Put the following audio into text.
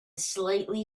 slightly